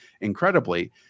incredibly